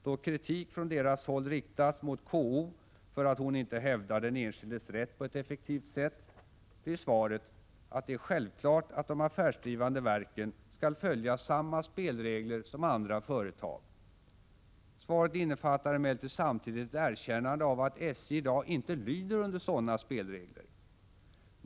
Då kritik från deras håll riktats mot KO för att inte hävda den enskildes rätt på ett effektivt sätt, blir svaret, att det är självklart att de affärsdrivande verken skall följa samma spelregler som andra företag. Svaret innefattar emellertid samtidigt ett erkännande av att SJ i dag inte lyder under sådana spelregler.